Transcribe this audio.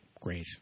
Great